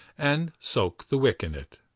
and soaked the wick in it.